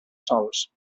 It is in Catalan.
sols